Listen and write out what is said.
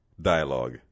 dialogue